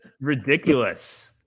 ridiculous